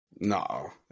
No